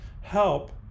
help